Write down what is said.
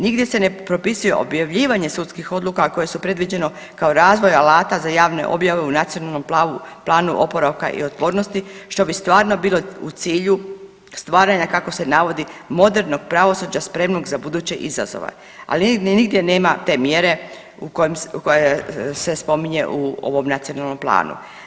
Nigdje se ne propisuje objavljivanje sudskih odluka, a koje su predviđeno kao razvoj alata za javne objave u Nacionalnom planu oporavka i otpornosti što bi stvarno bilo u cilju stvaranja kako se navodi modernog pravosuđa spremnog za buduće izazove, ali nigdje nema te mjere koja se spominje u ovom nacionalnom planu.